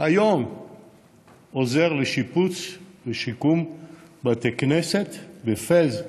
עוזר לשיפוץ ולשיקום בתי כנסת בפס,